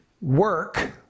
work